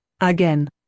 Again